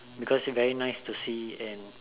because it's very nice to see and